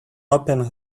opened